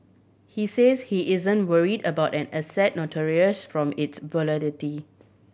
he says he isn't worried about an asset notorious from its volatility